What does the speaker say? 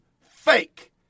fake